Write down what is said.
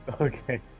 Okay